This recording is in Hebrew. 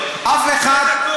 אף אחד, שתי דקות.